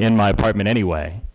in my apartment anyway.